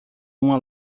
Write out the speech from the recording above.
uma